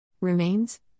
Remains